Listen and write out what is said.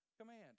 command